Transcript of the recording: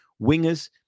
Wingers